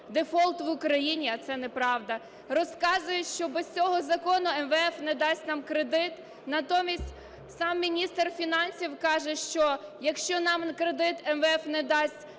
дефолт в Україні, а це неправда. Розказують, що без цього закону МВФ не дасть нам кредит, натомість сам міністр фінансів каже, що якщо нам кредит МВФ не дасть,